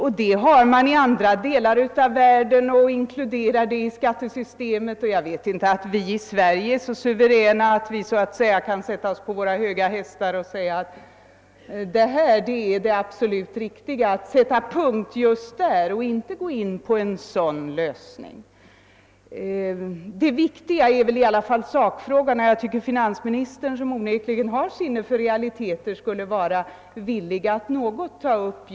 Denna form används i andra delar av världen, där den inkluderats i skattesystemet. Jag tycker inte att vi i Sverige är så suveräna att vi så att säga kan sätta oss på våra höga hästar och säga: Att sätta punkt just där och inte gå in på en sådan lösning i skattesystemet är det absolut riktiga. Det viktigaste är väl i alla fall resultatet. Finansministern som onekligen har sinne för realiteter borde väl vara villig att ta upp den saken.